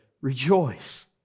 rejoice